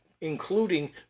including